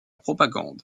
propagande